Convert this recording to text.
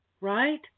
right